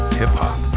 hip-hop